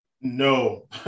No